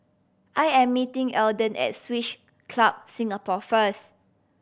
I am meeting Eldon at Swiss Club Singapore first